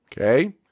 okay